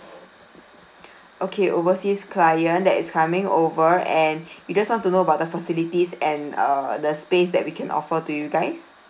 okay overseas client that is coming over and you just want to know about the facilities and uh the space that we can offer to you guys